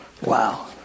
Wow